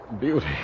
beauty